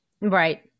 Right